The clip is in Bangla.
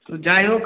তো যাই হোক